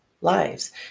lives